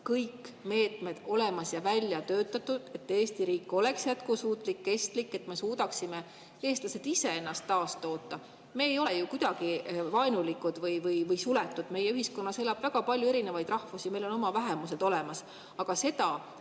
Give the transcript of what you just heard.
kõik meetmed olemas ja välja töötatud, et Eesti riik oleks jätkusuutlik, kestlik, et me, eestlased, suudaksime ise ennast taastoota. Me ei ole ju kuidagi vaenulikud või suletud. Meie ühiskonnas elab väga palju erinevaid rahvusi, meil on oma vähemused olemas. Aga sellele,